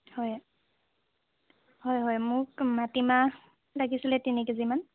হয় হয় হয় মোক মাটিমাহ লাগিছিলে তিনিকেজিমান